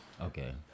okay